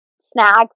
snacks